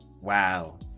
wow